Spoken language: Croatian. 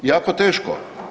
Jako teško.